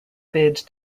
bid